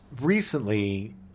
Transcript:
recently